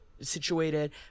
situated